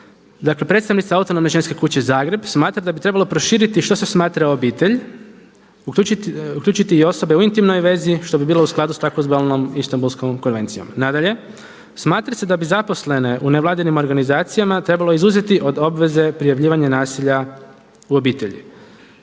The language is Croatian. dakle predstavnica Autonomne ženske kuće Zagreb smatra da bi trebalo proširiti što se smatra obitelj, uključiti i osobe u intimnoj vezi što bi bilo u skladu s tzv. Istambulskom konvencijom. Nadalje, smatra se da bi zaposlene u nevladinim organizacijama trebalo izuzeti od obveze prijavljivanja nasilja u obitelji,